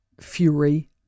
fury